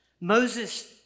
Moses